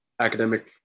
academic